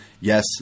yes